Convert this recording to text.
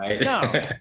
No